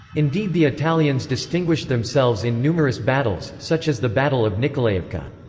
indeed the italians distinguished themselves in numerous battles, such as the battle of nikolayevka.